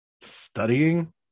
Studying